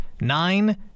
nine